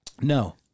No